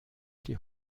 die